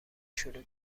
شروع